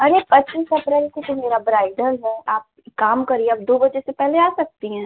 अरे पच्चीस अप्रैल को तो मेरा ब्राइडल है आप एक काम करिए आप दो बजे से पहेले आ सकती हैं